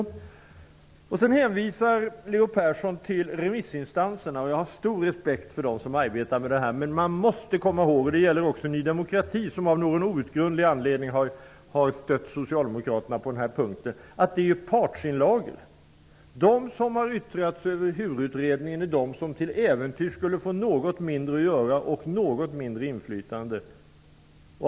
Leo Persson hänvisar till remissinstanserna. Jag har stor respekt för dem som arbetar med detta, men man måste komma ihåg -- det gäller också Ny demokrati som av någon outgrundlig anledning har stött socialdemokraterna på denna punkt -- att det är partsinlagor. De som har yttrat sig över HUR utredningen är de som till äventyrs skulle få något mindre att göra och något mindre inflytande.